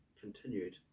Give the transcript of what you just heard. continued